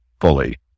fully